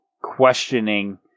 questioning